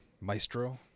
maestro